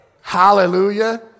Hallelujah